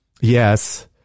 yes